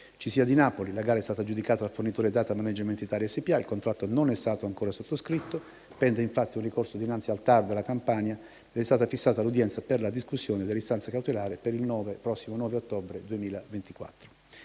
CISIA di Napoli: la gara è stata aggiudicata al fornitore Datamanagement Italia SpA, il contratto non è stato ancora sottoscritto, pende infatti un ricorso innanzi al TAR della Campania ed è stata fissata l'udienza per la discussione dell'istanza cautelare per il prossimo 9 ottobre 2024.